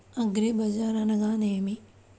అగ్రిబజార్ అనగా నేమి?